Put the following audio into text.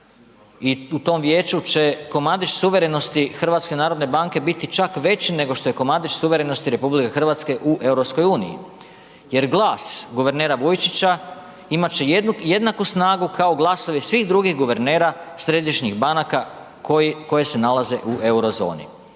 i u tom vijeću će komadić suverenosti HNB-a biti čak veći nego što je komadić suverenosti RH u EU jer glas guvernera Vujčića imat će jednaku snagu kao glasovi svih drugih guvernera središnjih banaka koje se nalaze u euro zoni.